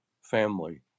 family